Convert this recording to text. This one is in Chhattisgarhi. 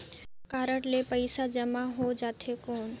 हव कारड ले पइसा जमा हो जाथे कौन?